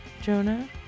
Jonah